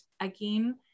again